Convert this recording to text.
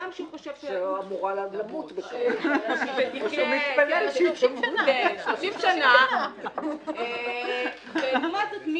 לעומת זאת,